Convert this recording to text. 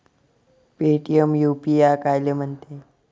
Paytm UPI कायले म्हनते?